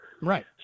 Right